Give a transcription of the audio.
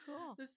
Cool